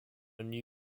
new